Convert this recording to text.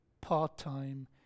part-time